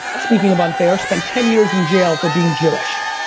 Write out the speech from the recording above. speaking of unfair, spent ten years in jail for being jewish